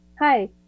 Hi